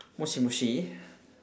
moshi moshi